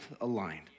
aligned